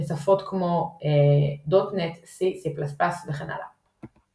ושפות כמו .NET, C / C++ וכן הלאה.